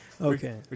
Okay